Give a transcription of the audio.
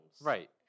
Right